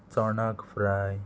चोणक फ्राय